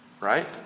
right